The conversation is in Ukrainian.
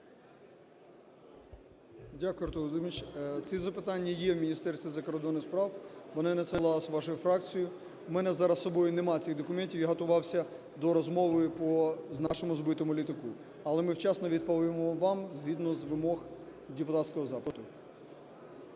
Артур Володимирович. Ці запитання є в Міністерстві закордонних справ, вони надсилалися вашою фракцією. В мене зараз з собою нема цих документів, я готувався до розмови по нашому збитому літаку. Але ми вчасно відповімо вам згідно вимог депутатського запиту.